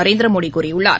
நரேந்திரமோடி கூறியுள்ளார்